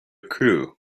crew